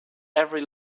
every